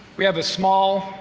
we have a small,